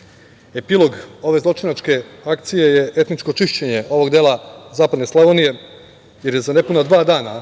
dece. Epilog ove zločinačke akcije je etničko čišćenje ovog dela zapadne Slavonije, jer je za nepuna dva dana